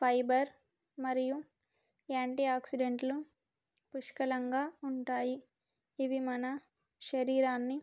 fibre మరియు anti ఆక్సిడెంట్లు పుష్కలంగా ఉంటాయి ఇవి మన శరీరాన్ని